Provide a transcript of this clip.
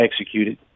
executed